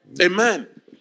amen